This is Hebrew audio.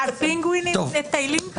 אם בית המשפט קבע מינוי מנהל עיזבון,